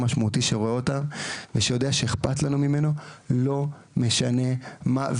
משמעותי שרואה אותם ושיודע שאכפת לנו ממנו לא משנה מה,